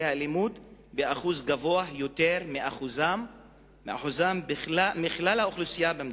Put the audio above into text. האלימות בשיעור גבוה יותר מהחלק שלה בכלל האוכלוסייה במדינה.